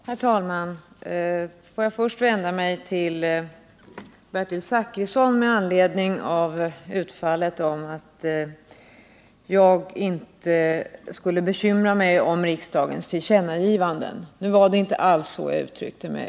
Herr talman! Jag vill först vända mig till Bertil Zachrisson med anledning av utfallet mot mig för att jag inte skulle bekymra mig om riksdagens tillkännagivanden. Det var inte alls så jag uttryckte mig.